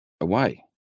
away